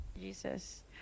Jesus